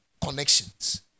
connections